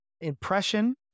impression